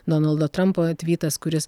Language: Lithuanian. donaldo trampo tvytas kuris jis